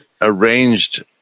arranged